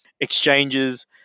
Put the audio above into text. exchanges